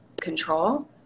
control